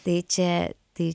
tai čia tai